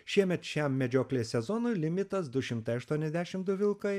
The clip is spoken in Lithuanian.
šiemet šiam medžioklės sezonui limitas du šimtai aštuoniasdešimt du vilkai